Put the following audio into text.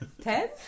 Ten